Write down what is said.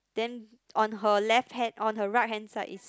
then on her left hand on her right hand side is